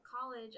college